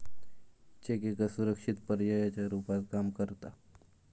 check एका सुरक्षित पर्यायाच्या रुपात काम करता